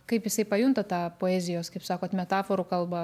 kaip jisai pajunta tą poezijos kaip sakot metaforų kalbą